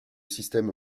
système